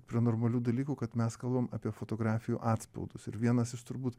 prie normalių dalykų kad mes kalbam apie fotografijų atspaudus ir vienas iš turbūt